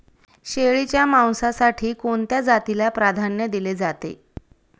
शेळीच्या मांसासाठी कोणत्या जातीला प्राधान्य दिले जाते?